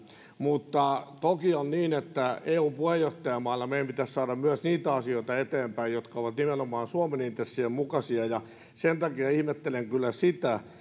mutta toki on niin että eu puheenjohtajamaana meidän pitäisi saada eteenpäin myös niitä asioita jotka ovat nimenomaan suomen intressien mukaisia ja sen takia ihmettelen kyllä sitä